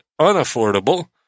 unaffordable